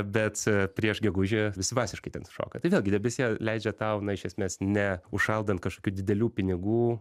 bet prieš gegužę visi masiškai ten sušoka tai vėlgi debesija leidžia tau na iš esmės ne užšaldant kažkokių didelių pinigų